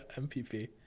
MPP